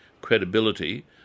credibility